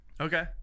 okay